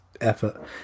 effort